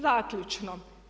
Zaključno.